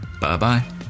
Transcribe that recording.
bye-bye